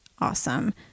awesome